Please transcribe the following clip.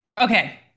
Okay